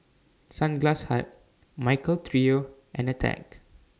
Sunglass Hut Michael Trio and Attack